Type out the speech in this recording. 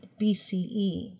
BCE